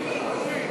המשותפת